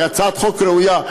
היא הצעת חוק ראויה.